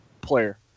player